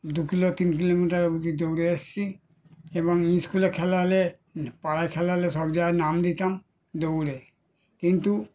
দু কিলো তিন কিলোমিটার অবধি দৌড়ে এসেছি এবং স্কুলে খেলা হলে পাড়ায় খেলা হলে সব জায়গায় নাম দিতাম দৌড়ে কিন্তু